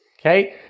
Okay